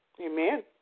Amen